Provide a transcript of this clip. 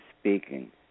speaking